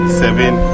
seven